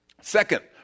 Second